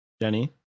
Jenny